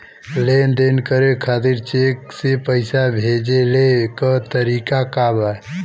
लेन देन करे खातिर चेंक से पैसा भेजेले क तरीकाका बा?